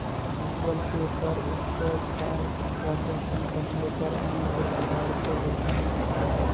Google Pay पर scratch card transaction करने पर उन्हें गिफ्ट कार्ड के रूप में मिलता है